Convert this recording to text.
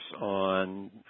on